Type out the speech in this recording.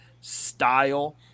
style